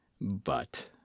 But